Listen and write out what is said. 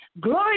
Glory